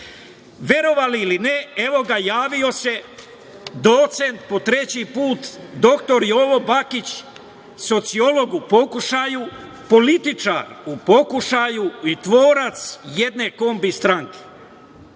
ili ne, evo ga, javio se docent, po treći put, doktor Jovo Bakić, sociolog u pokušaju, političar u pokušaju i tvorac jedne kombi stranke.